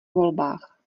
volbách